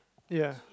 ya